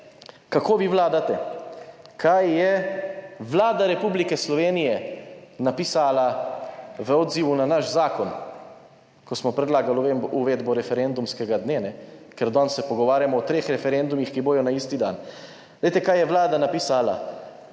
kako vi vladate, kaj je Vlada Republike Slovenije napisala v odzivu na naš zakon, ko smo predlagali uvedbo referendumskega dne, ker danes se pogovarjamo o treh referendumih, ki bodo na isti dan. Glejte, kaj je Vlada napisala.